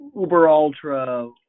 uber-ultra